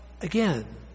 again